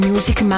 Music